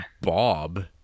bob